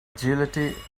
agility